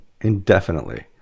indefinitely